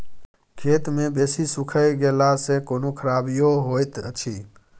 खेत मे बेसी सुइख गेला सॅ कोनो खराबीयो होयत अछि?